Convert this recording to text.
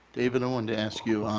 david, i want to ask you,